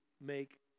make